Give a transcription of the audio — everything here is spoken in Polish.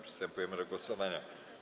Przystępujemy do głosowania.